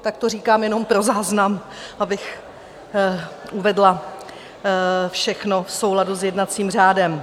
Tak to říkám jenom pro záznam, abych uvedla všechno v souladu s jednacím řádem.